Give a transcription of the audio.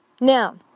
Now